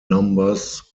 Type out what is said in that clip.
numbers